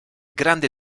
grande